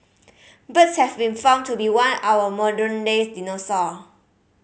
birds have been found to be one our modern day dinosaur